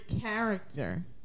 character